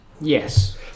Yes